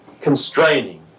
constraining